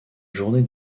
journée